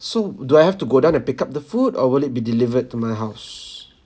so do I have to go down and pick up the food or will it be delivered to my house